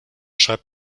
schreibt